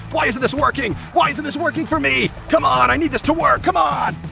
why isn't this working? why isn't this working for me! come on i need this to work, c'mon!